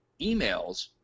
emails